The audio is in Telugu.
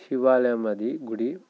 శివాలయం అది గుడి